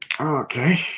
okay